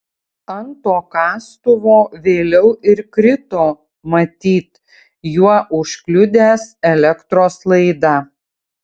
ant to kastuvo vėliau ir krito matyt juo užkliudęs elektros laidą